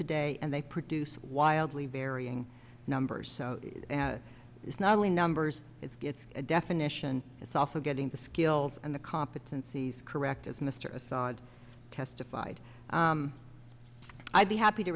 today and they produce wildly varying numbers so it's not only numbers it's gets a definition it's also getting the skills and the competencies correct as mr assad testified i'd be happy to